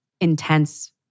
intense